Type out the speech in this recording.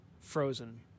frozen